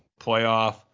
playoff